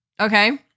Okay